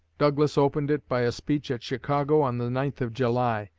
douglas opened it by a speech at chicago on the ninth of july.